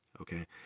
okay